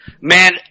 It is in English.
Man